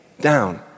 down